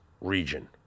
region